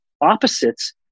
opposites